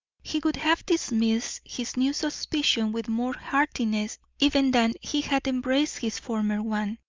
he would have dismissed his new suspicion with more heartiness even than he had embraced his former one.